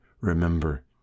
remember